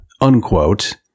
unquote